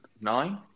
nine